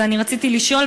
ורציתי לשאול: